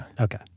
okay